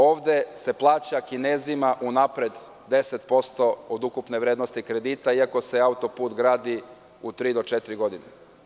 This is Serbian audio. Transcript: Ovde se plaća Kinezima unapred 10% od ukupne vrednosti kredita iako se autoput gradi u tri do četiri godine.